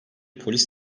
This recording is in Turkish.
polis